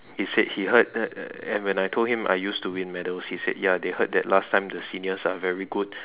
he said he heard that and when I told him I used to win medals he said ya they heard that last time the seniors are very good